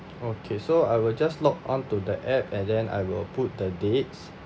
okay so I will just log on to the app and then I will put the dates